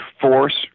force